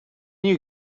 you